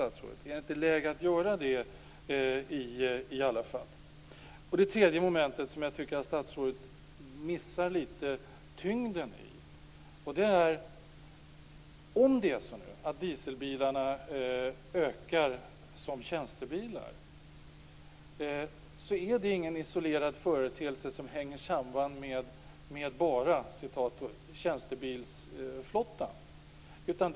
Är det inte läge att göra detta? Jag tycker att statsrådet missade tyngden i ett tredje moment. Om dieselbilarna ökar i andel av tjänstebilarna, är det inte en isolerad företeelse som hänger samman med "bara" tjänstebilsflottan.